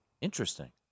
Interesting